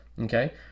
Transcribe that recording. okay